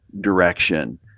direction